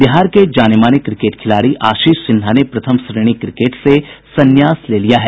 बिहार के जाने माने क्रिकेट खिलाड़ी आशीष सिन्हा ने प्रथम श्रेणी क्रिकेट से संन्यास ले लिया है